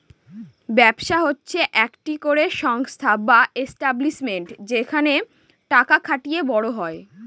ব্যবসা হচ্ছে একটি করে সংস্থা বা এস্টাব্লিশমেন্ট যেখানে টাকা খাটিয়ে বড় হয়